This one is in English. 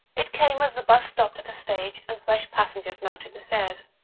it came as the bus stopped at a stage and fresh passengers mounted the stairs.